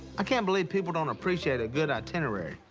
can't believe people don't appreciate a good itinerary.